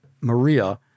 Maria